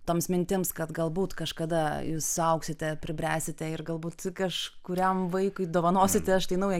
toms mintims kad galbūt kažkada jūs suaugsite pribręsite ir galbūt kažkuriam vaikui dovanosite štai naują